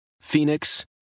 Phoenix